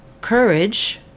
courage